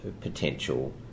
potential